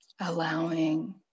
allowing